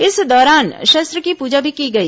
इस दौरान शस्त्र की पूजा भी की गई